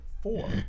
four